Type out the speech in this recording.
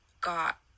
got